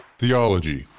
theology